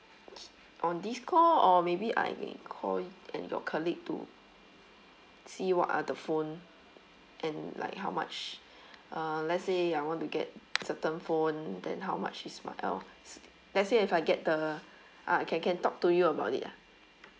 c~ on this call or maybe I may call in your colleague to see what are the phone and like how much uh let's say I want to get certain phone then how much is my else let's say if I get the uh can can talk to you about it ah